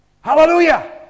Hallelujah